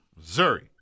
Missouri